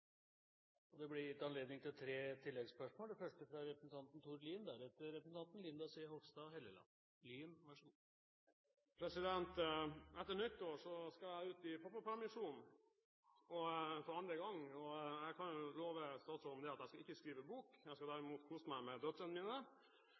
Det blir gitt anledning til tre oppfølgingsspørsmål – først Tord Lien. Etter nyttår skal jeg ut i pappapermisjon for andre gang, og jeg kan love statsråden at jeg skal ikke skrive bok, jeg skal derimot kose meg med døtrene mine og andre småbarnsfedre. Jeg har tillit til at norske fedre er i